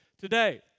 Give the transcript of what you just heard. today